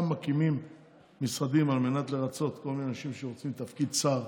גם מקימים משרדים על מנת לרצות כל מיני אנשים שרוצים תפקיד שר,